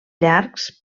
llargs